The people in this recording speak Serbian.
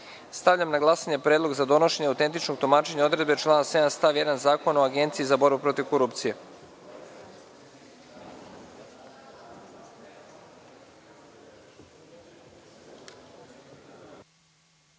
na glasanje predlog za donošenje autentičnog tumačenja odredbe člana 7. stav 1. Zakona o Agenciji za borbu protiv korupcije. Molim